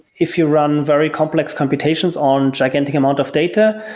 if you run very complex computations on gigantic amount of data,